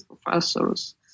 professors